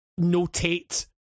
notate